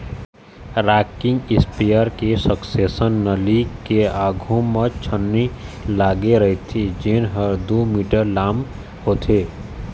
rocking spare के section नली के आघू म छन्नी लागे रहिथे जेन ह दू मीटर लाम होथे